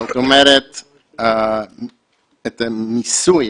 זאת אומרת את המיסוי,